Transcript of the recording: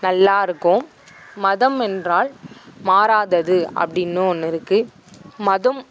நல்லா இருக்கும் மதம் என்றால் மாறாதது அப்படின்னும் ஒன்று இருக்குது மதம்